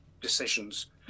decisions